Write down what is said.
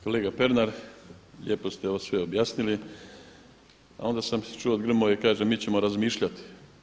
Kolega Pernar, lijepo ste ovo sve objasnili, a onda sam čuo od Grmoje, kaže mi ćemo razmišljati.